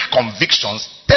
convictions